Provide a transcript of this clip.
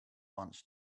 once